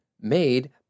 made